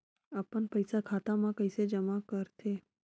अपन पईसा खाता मा कइसे जमा कर थे?